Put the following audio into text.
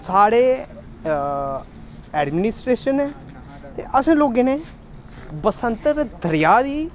साढ़े एडमिनिस्ट्रेशन ने ते असें लोकें ने बसंतर दरेआ गी